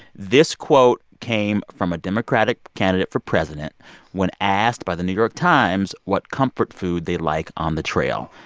this quote came from a democratic candidate for president when asked by the new york times what comfort food they like on the trail.